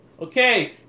Okay